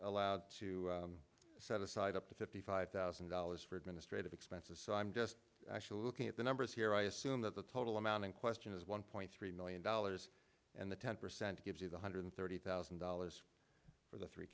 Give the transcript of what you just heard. allowed to set aside up to fifty five thousand dollars for administrative expenses so i'm just actually looking at the numbers here i assume that the total amount in question is one point three million dollars and the ten percent gives you the hundred thirty thousand dollars for the three